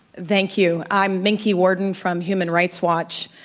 thank you. i'm minky worden from human rights watch.